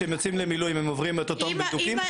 כשהם יוצאים למילואים הם עוברים את אותם בידוקים?